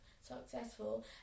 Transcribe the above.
successful